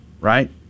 right